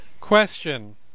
question